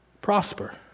prosper